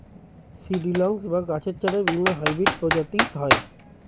seedlings বা গাছের চারার বিভিন্ন হাইব্রিড প্রজাতি হয়